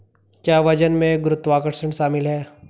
क्या वजन में गुरुत्वाकर्षण शामिल है?